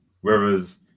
Whereas